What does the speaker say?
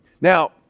Now